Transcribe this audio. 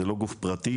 זה לא גוף פרטי,